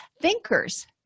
thinkers